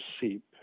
seep